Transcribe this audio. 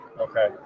Okay